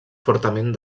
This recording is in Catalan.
fortament